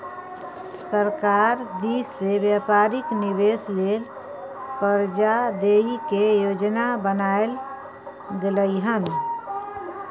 सरकार दिश से व्यापारिक निवेश लेल कर्जा दइ के योजना बनाएल गेलइ हन